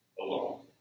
alone